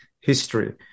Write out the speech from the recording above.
history